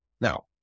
Now